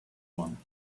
one